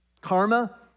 Karma